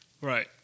Right